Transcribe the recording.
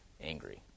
angry